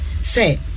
Say